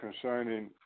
concerning